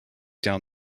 down